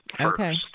Okay